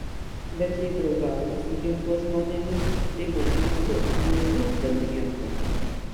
bet jei draugauji su ginklo žmonėmis tai būk narsus nežliumbk dėl niekų